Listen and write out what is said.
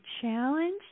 challenge